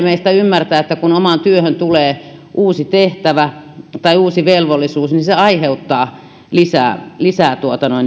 meistä ymmärtää että kun omaan työhön tulee uusi tehtävä tai uusi velvollisuus niin se aiheuttaa lisää lisää